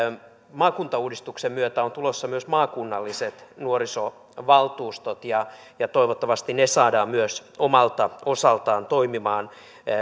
maakuntauudistuksen myötä on tulossa myös maakunnalliset nuorisovaltuustot ja ja toivottavasti ne saadaan myös omalta osaltaan toimimaan